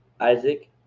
Isaac